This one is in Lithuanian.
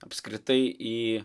apskritai į